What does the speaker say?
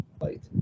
light